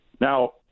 Now